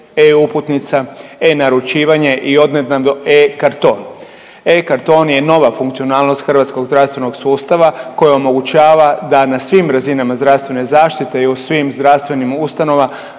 e-uputnica, e-naručivanje i odnedavno e-karton. E-karton je nova funkcionalnost hrvatskog zdravstvenog sustava koja omogućava da na svim razinama zdravstvene zaštite i u svim zdravstvenim ustanovama